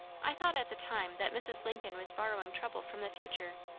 i thought at the time that mrs. lincoln was borrowing trouble from the future,